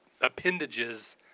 appendages